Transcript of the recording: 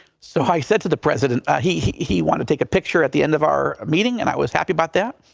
so i said to the president, ah he he wanted to take a picture at the end of our meeting and i was happy about that.